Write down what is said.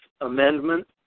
Amendment